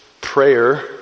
prayer